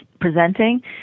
presenting